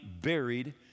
buried